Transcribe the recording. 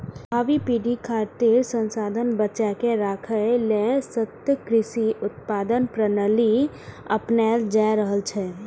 भावी पीढ़ी खातिर संसाधन बचाके राखै लेल सतत कृषि उत्पादन प्रणाली अपनाएल जा रहल छै